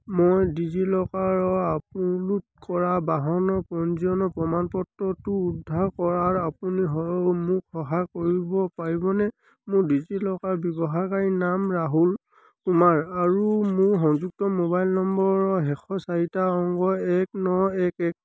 মই ডিজিলকাৰত আপলোড কৰা বাহনৰ পঞ্জীয়নৰ প্ৰমাণপত্ৰটো উদ্ধাৰ কৰাত আপুনি মোক সহায় কৰিব পাৰিবনে মোৰ ডিজিলকাৰ ব্যৱহাৰকাৰীনাম ৰাহুল কুমাৰ আৰু মোৰ সংযুক্ত মোবাইল নম্বৰৰ শেষৰ চাৰিটা অংক এক ন এক এক